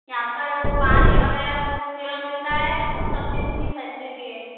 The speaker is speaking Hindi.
यहाँ पर पानी वगैरह खूब प्योर मिलता है और सब चीज़ की फैसिलिटी है